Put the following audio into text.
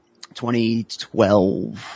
2012